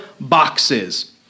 boxes